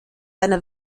einer